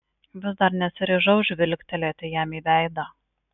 vis dar nesiryžau žvilgtelėti jam į veidą